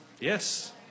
Yes